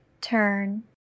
turn